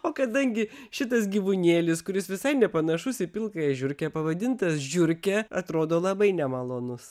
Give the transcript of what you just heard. o kadangi šitas gyvūnėlis kuris visai nepanašus į pilkąją žiurkę pavadintas žiurke atrodo labai nemalonus